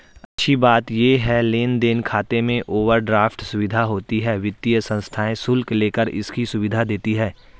अच्छी बात ये है लेन देन खाते में ओवरड्राफ्ट सुविधा होती है वित्तीय संस्थाएं शुल्क लेकर इसकी सुविधा देती है